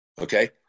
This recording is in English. Okay